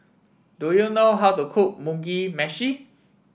do you know how to cook Mugi Meshi